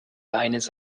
eines